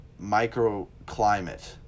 microclimate